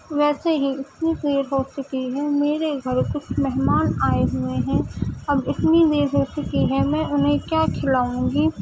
ویسے ہی اتنی دیر ہو چکی ہے میرے گھر کچھ مہمان آئے ہوئے ہیں اب اتنی دیر ہو چکی ہے میں انہیں کیا کھلاؤں گی